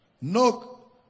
No